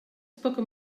poca